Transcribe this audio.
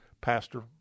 pastor